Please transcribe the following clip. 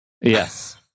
Yes